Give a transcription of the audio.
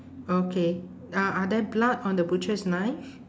okay uh are there blood on the butcher's knife